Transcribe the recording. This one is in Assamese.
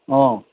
অঁ